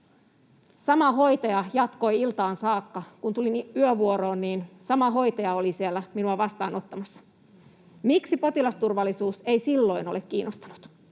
sama hoitaja jatkoi iltaan saakka. Kun tulin yövuoroon, sama hoitaja oli siellä minua vastaanottamassa. Miksi potilasturvallisuus ei silloin ole kiinnostanut?